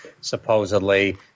supposedly